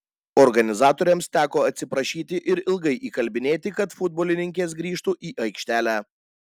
organizatoriams teko atsiprašyti ir ilgai įkalbinėti kad futbolininkės grįžtų į aikštelę